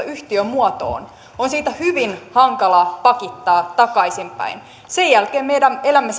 yhtiömuotoon on siitä hyvin hankala pakittaa takaisinpäin sen jälkeen me elämme